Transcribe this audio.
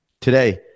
Today